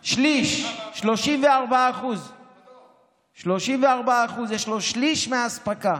שליש, 34%. יש לו שליש מהאספקה.